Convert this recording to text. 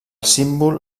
símbol